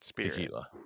Tequila